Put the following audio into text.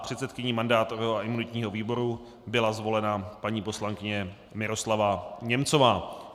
Předsedkyní mandátového a imunitního výboru byla zvolena paní předsedkyně Miroslava Němcová.